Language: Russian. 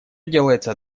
делается